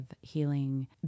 healing